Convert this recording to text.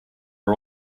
are